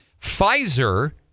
Pfizer